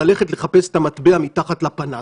ללכת לחפש את המטבע מתחת לפנס,